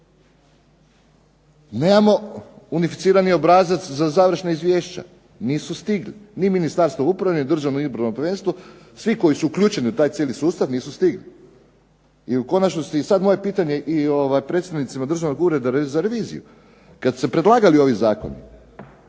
Nemamo unificirani obrazac za završna izvješća. Nisu stigli. Ni Ministarstvo uprave, ni Državno izborno povjerenstvo, svi koji su uključeni u taj cijeli sustav nisu stigli. I u konačnosti i sad moje pitanje i predsjednicima Državnog ureda za reviziju. Kad su se predlagali ovi zakoni,